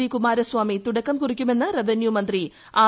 D Kumaraswamy തുടക്കം കുറിക്കുമെന്ന് റവന്യൂമന്ത്രി ആർ